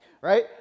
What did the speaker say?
Right